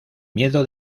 miedo